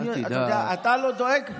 אתה לא דואג?